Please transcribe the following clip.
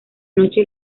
noche